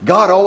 God